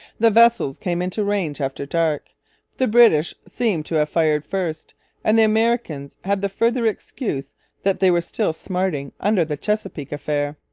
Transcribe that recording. the vessels came into range after dark the british seem to have fired first and the americans had the further excuse that they were still smarting under the chesapeake affair.